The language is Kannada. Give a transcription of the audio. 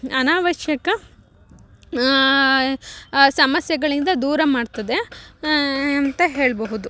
ಅನಾವಶ್ಯಕ ಸಮಸ್ಯೆಗಳಿಂದ ದೂರ ಮಾಡ್ತದೆ ಅಂತ ಹೇಳಬಹುದು